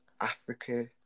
Africa